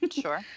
sure